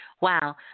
Wow